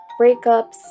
breakups